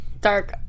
dark